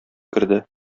керде